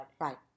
Right